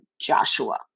Joshua